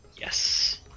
Yes